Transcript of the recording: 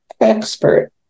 expert